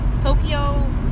Tokyo